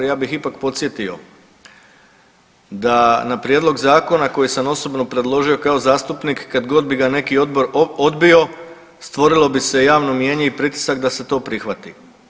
Ja bih ipak podsjetio da na prijedlog zakona koji sam osobno predložio kao zastupnik kad god bi ga neki odbor odbio stvorilo bi se javno mijenje i pritisak da se to prihvati.